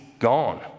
gone